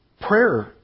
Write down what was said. prayer